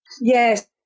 yes